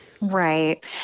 Right